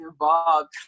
involved